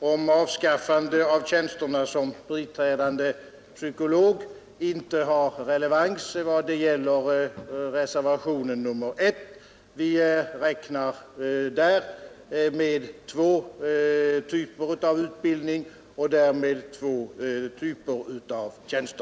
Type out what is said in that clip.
om avskaffande av tjänsterna som biträdande psykolog inte har relevans i vad gäller reservationen 1. Vi räknar där med två typer av utbildning och alltså även två typer av tjänster.